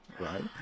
right